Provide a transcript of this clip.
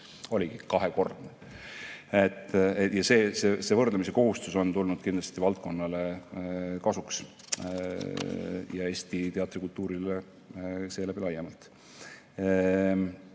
Oligi kahekordne. See võrdlemise kohustus on tulnud kindlasti kasuks valdkonnale ja Eesti teatrikultuurile seeläbi laiemalt.